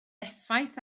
effaith